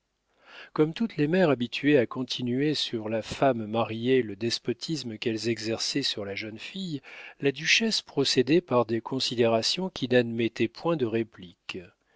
comme toutes les mères habituées à continuer sur la femme mariée le despotisme qu'elles exerçaient sur la jeune fille la duchesse procédait par des considérations qui n'admettaient point de répliques